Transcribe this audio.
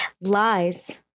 Lies